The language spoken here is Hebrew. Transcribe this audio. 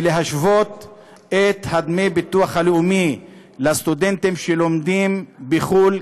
להשוות את דמי הביטוח הלאומי לסטודנטים שלומדים בחו"ל,